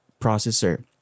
processor